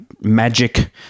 Magic